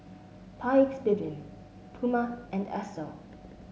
Paik's Bibim Puma and Esso